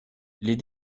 les